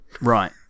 Right